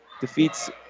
defeats